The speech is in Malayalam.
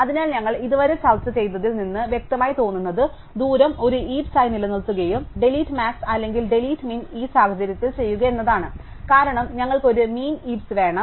അതിനാൽ ഞങ്ങൾ ഇതുവരെ ചർച്ച ചെയ്തതിൽ നിന്ന് വ്യക്തമായി തോന്നുന്നത് ദൂരം ഒരു ഹീപ്സ് ആയി നിലനിർത്തുകയും ഡിലീറ്റ് മാക്സ് അല്ലെങ്കിൽ ഡിലീറ്റ് മിൻ ഈ സാഹചര്യത്തിൽ ചെയ്യുക എന്നതാണ് കാരണം ഞങ്ങൾക്ക് ഒരു മിൻ ഹീപ്സ് വേണം